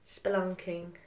spelunking